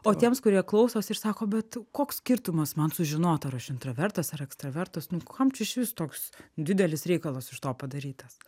o tiems kurie klausos ir sako bet koks skirtumas man sužinot ar aš intravertas ar ekstravertas nu kam čia išvis toks didelis reikalas iš to padarytas